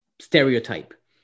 stereotype